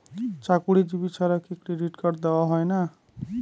চাকুরীজীবি ছাড়া কি ক্রেডিট কার্ড দেওয়া হয় না?